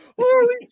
Holy